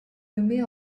nommée